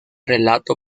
relato